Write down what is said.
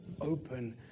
open